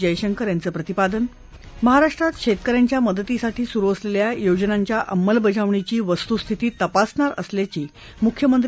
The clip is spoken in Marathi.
जयशंकर यांचं प्रतिपादन महाराष्ट्रात शेतक यांच्या मदतीसाठी सुरू असलेल्या योजनांच्या अमलबजावणीची वस्तुस्थिती तपासणार असल्याची मुख्यमंत्री